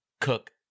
Cook